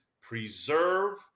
preserve